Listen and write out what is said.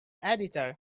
editor